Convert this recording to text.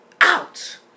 out